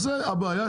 אז זו הבעיה,